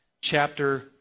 chapter